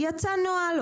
יצא נוהל,